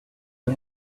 who